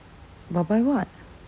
but buy